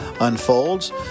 unfolds